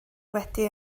wedi